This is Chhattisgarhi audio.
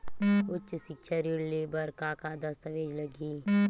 उच्च सिक्छा ऋण ले बर का का दस्तावेज लगही?